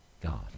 God